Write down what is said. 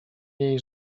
jej